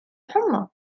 حمى